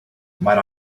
might